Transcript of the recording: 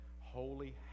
holy